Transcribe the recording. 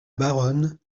baronne